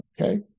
Okay